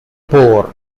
poor